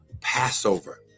Passover